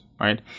right